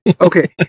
Okay